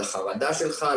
לחרדה שלך,